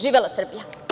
Živela Srbija.